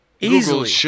Easily